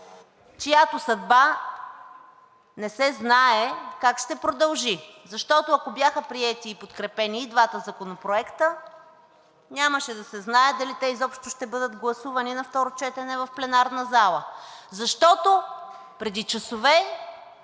чиято съдба не се знае как ще продължи. Ако бяха приети и подкрепени и двата законопроекта, нямаше да се знае дали изобщо ще бъдат гласувани на второ четене в пленарната зала, защото преди часове